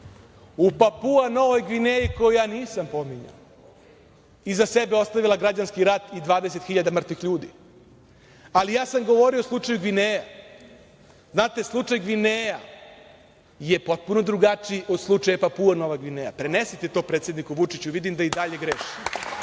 u Papua Novoj Gvineji, koju ja nisam pominjao, iza sebe ostavila građanski rat i 20 hiljada mrtvih ljudi. Ali ja sam govorio o slučaju Gvineja. Znate, slučaj Gvineja je potpuno drugačiji od slučaja Papua u Novoj Gvineji, prenesite to predsedniku Vučiću, vidim da i dalje greši. Slučaj